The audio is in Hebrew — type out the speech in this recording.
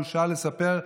בושה לספר,